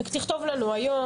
תכתוב לנו היום.